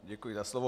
Děkuji za slovo.